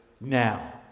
now